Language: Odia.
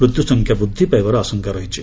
ମୃତ୍ୟୁସଂଖ୍ୟା ବୃଦ୍ଧି ପାଇବାର ଆଶଙ୍କା ଅଛି